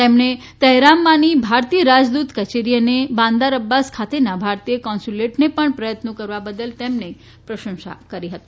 તેમણે તહેરાનમાની ભારતીય રાજદૂત કચેરી અને બાંદાર અબ્બાસ ખાતે ના ભારતીય કોન્સીયુલેટને પણ પ્રયત્નો કરવા બદલ તેઓની પ્રશંસા કરી હતી